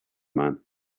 man